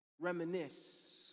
reminisce